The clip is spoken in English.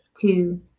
two